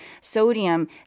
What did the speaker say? sodium